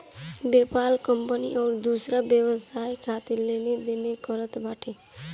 PayPal company अउरी दूसर व्यवसाय खातिर लेन देन करत बाटे